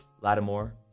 Lattimore—